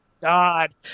God